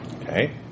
Okay